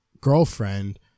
girlfriend